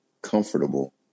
comfortable